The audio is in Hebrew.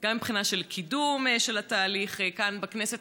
גם מהבחינה של קידום של התהליך כאן בכנסת,